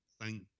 thank